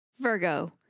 Virgo